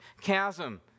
chasm